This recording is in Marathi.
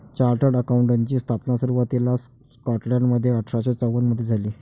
चार्टर्ड अकाउंटंटची स्थापना सुरुवातीला स्कॉटलंडमध्ये अठरा शे चौवन मधे झाली